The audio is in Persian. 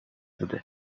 بوده